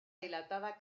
dilatada